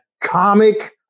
comic